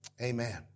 Amen